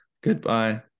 goodbye